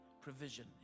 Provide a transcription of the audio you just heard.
provision